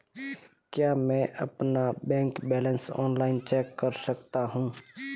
क्या मैं अपना बैंक बैलेंस ऑनलाइन चेक कर सकता हूँ?